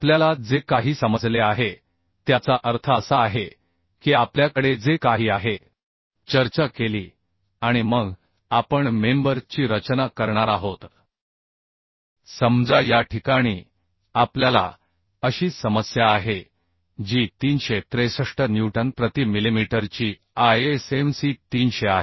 आपल्याला जे काही समजले आहे त्याचा अर्थ असा आहे की आपल्याकडे जे काही आहे त्याची चर्चा केली आणि मग आपण मेंबर ची रचना करणार आहोत समजा या ठिकाणी आपल्याला अशी समस्या आहे जी 363 न्यूटन प्रति मिलिमीटरची ISMC 300 आहे